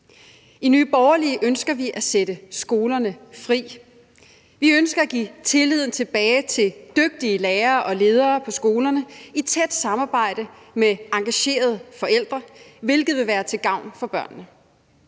I Nye Borgerlige ønsker vi at sætte skolerne fri. Vi ønsker at give tilliden tilbage til dygtige lærere og ledere på skolerne i et tæt samarbejde med engagerede forældre, hvilket vil være til gavn for børnene.